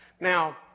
Now